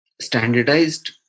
standardized